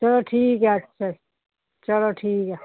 ਚਲੋ ਠੀਕ ਆ ਅੱਛਾ ਚਲੋ ਠੀਕ ਆ